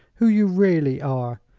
who you really are.